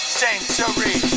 century